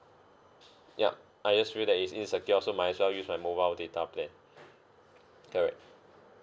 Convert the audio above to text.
yup I just feel that it's insecure so might as well use my mobile data plan direct